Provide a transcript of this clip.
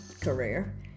career